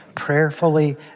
prayerfully